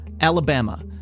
Alabama